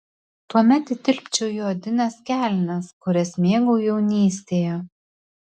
tuomet įtilpčiau į odines kelnes kurias mėgau jaunystėje